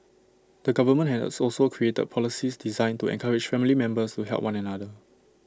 the government has also created policies designed to encourage family members to help one another